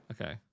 Okay